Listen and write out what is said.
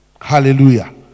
hallelujah